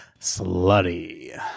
slutty